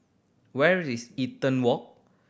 where is Eaton Walk